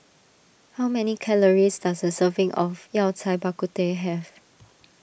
how many calories does a serving of Yao Cai Bak Kut Teh have